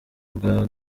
bwa